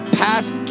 past